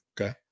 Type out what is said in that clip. Okay